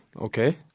Okay